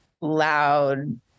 loud